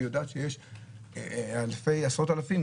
שהיא יודעת שיש עשרות אלפים.